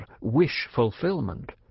wish-fulfillment